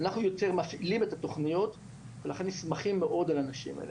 אנחנו יותר מפעילים את התכניות ולכן נסמכים מאד על האנשים האלה.